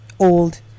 old